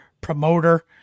promoter